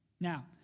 Now